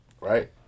right